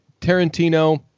Tarantino